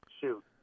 shoot